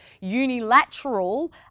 unilateral